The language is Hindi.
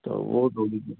तो वो थोड़ी सी